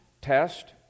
test